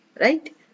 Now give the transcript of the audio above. Right